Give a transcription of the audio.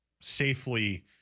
safely